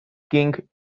king